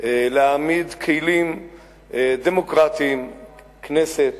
להעמיד כלים דמוקרטיים כנסת,